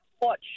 watch